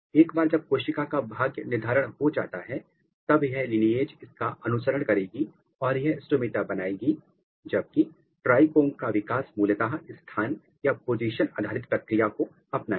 एक बार जब कोशिका का भाग्य निर्धारण हो जाता है तब यह लीनिएज इसका अनुसरण करेगी और यह स्टोमेटा बनाएगी जबकि ट्राई कोम का विकास मूलतः स्थान क्या पोजीशन आधारित प्रक्रिया को अपनाएगा